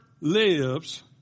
lives